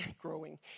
growing